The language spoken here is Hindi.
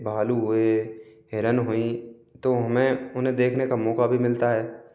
भालू हुए हिरण हुई तो हमें उन्हें देखने का मौका भी मिलता है